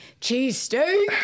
Cheesesteak